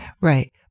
Right